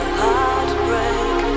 heartbreak